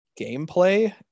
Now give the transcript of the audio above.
gameplay